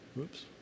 Oops